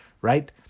right